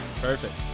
perfect